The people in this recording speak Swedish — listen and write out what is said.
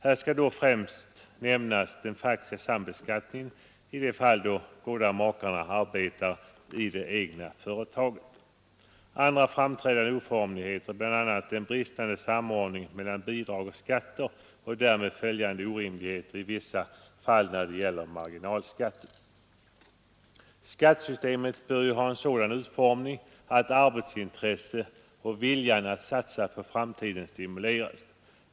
Här skall då främst nämnas den faktiska sambeskattningen i de fall då båda makarna arbetar i det egna företaget. Andra oformligheter är bl.a. den bristande samordningen mellan bidrag och skatter och därmed följande orimligheter i vissa fall när det gäller marginalskatten. Skattesystemet bör ju ha en sådan utformning att arbetsintresset och viljan att satsa på framtiden stimuleras.